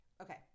Okay